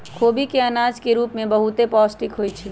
खोबि के अनाज के रूप में बहुते पौष्टिक होइ छइ